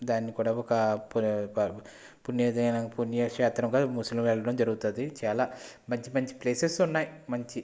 దాన్ని కూడా ఒక పుణ్య పుణ్యక్షేత్రంగా ముస్లింలు వెళ్ళడం జరుగుతుంది చాలా మంచి మంచి ప్లేసెస్ ఉన్నాయి మంచి